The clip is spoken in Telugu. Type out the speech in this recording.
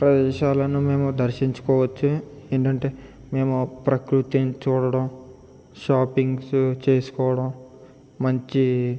ప్రదేశాలను మేము దర్శించుకోవచ్చు ఏంటంటే మేము ప్రకృతిని చూడడం షాపింగ్సు చేసుకోవడం మంచి